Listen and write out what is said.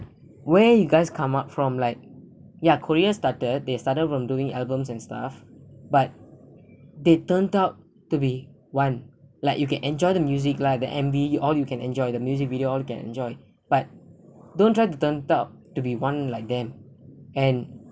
where you guys come up from like ya korea starter they started from doing albums and stuff but they turned out to be one like you can enjoy the music lah the M_V all you can enjoy the music video all can enjoy but don't try to turn out to be one like them and